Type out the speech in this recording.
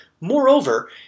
Moreover